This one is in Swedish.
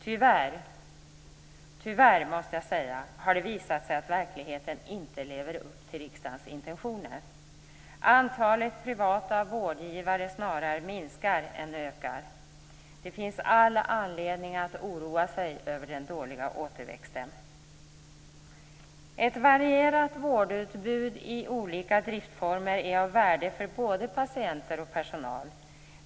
Tyvärr har det visat sig att man i verkligheten inte lever upp till riksdagens intentioner. Antalet privata vårdgivare snarare minskar än ökar. Det finns all anledning att oroa sig över den dåliga återväxten. Ett varierat vårdutbud i olika driftformer är av värde för både patienter och personal.